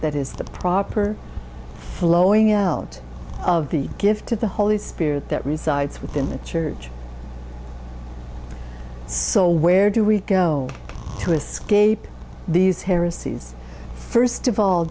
that is the proper flowing out of the gift of the holy spirit that resides within the church so where do we go to escape these heresies first of all